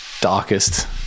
darkest